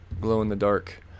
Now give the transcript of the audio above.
glow-in-the-dark